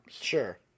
Sure